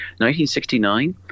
1969